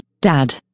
dad